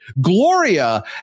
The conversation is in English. Gloria